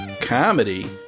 comedy